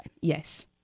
Yes